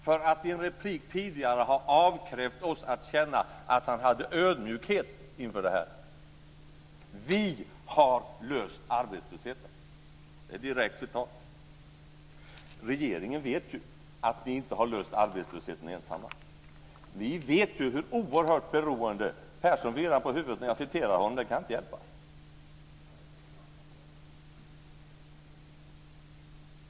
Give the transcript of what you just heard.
Han hade i en replik tidigare krävt av oss att vi skulle känna att han visar ödmjukhet inför detta. Vi har löst arbetslösheten, sade han. Det är ett direkt citat. Persson virrar på huvudet när jag citerar honom. Det kan jag inte hjälpa. Regeringen vet ju att man inte har löst problemet med arbetslösheten ensam.